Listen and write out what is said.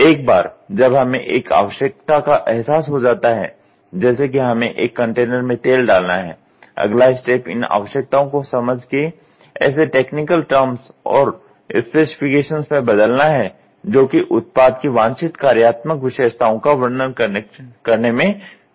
एक बार जब हमें एक आवश्यकता का एहसास हो जाता है जैसे कि हमें एक कंटेनर में तेल डालना है अगला स्टेप इन आवश्यकताओं को समझ के ऐसे टेक्निकल टर्म्स और स्पेसिफिकेशन्स में बदलना है जो कि उत्पाद की वांछित कार्यात्मक विशेषताओं का वर्णन करने में सक्षम हों